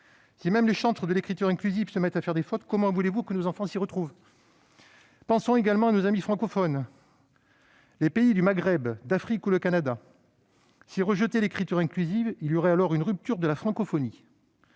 Si même les chantres de l'écriture inclusive se mettent à faire des fautes, comment voulez-vous que nos enfants s'y retrouvent ? Pensons également à nos amis francophones ! Si les pays du Maghreb, d'Afrique ou le Canada rejetaient l'écriture inclusive, il y aurait alors une rupture de la francophonie.